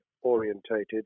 orientated